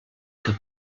que